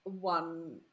one